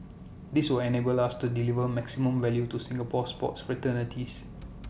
this will enable us to deliver maximum value to Singapore sports fraternities